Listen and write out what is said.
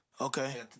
Okay